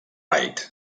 reich